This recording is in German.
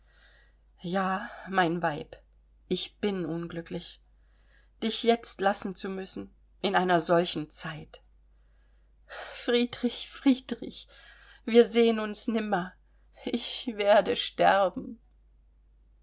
ja mein weib ich bin unglücklich dich jetzt lassen zu müssen in einer solchen zeit friedrich friedrich wir sehen uns nimmer ich werde sterben